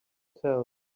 tell